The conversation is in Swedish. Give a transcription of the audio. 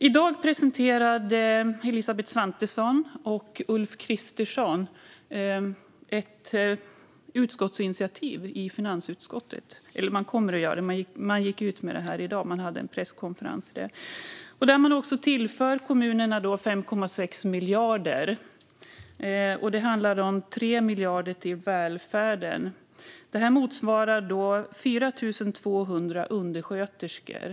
I dag gick Elisabeth Svantesson och Ulf Kristersson på en presskonferens ut med att man kommer att presentera ett utskottsinitiativ i finansutskottet. Där tillför man kommunerna 5,6 miljarder, och det handlar om 3 miljarder till välfärden. Det motsvarar 4 200 undersköterskor.